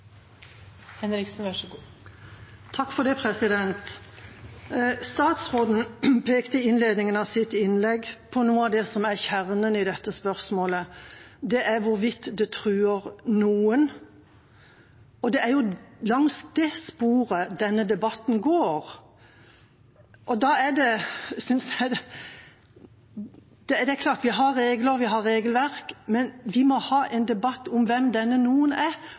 Statsråden pekte i innledningen av sitt innlegg på noe av det som er kjernen i dette spørsmålet. Det er hvorvidt det truer noen. Det er langs det sporet denne debatten går. Det er klart vi har regler og vi har regelverk, men jeg synes vi må ha en debatt om hvem denne «noen» er,